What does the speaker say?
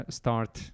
start